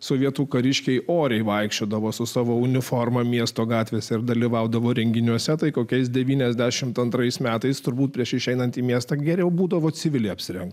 sovietų kariškiai oriai vaikščiodavo su savo uniformą miesto gatvėse ir dalyvaudavo renginiuose tai kokiais devyniasdešimt antrais metais turbūt prieš išeinant į miestą geriau būdavo civiliai apsirengę